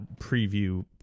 preview